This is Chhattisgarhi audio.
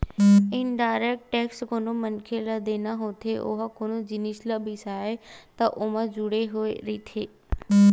इनडायरेक्ट टेक्स कोनो मनखे ल देना होथे ओहा कोनो जिनिस ल बिसाबे त ओमा जुड़े होय रहिथे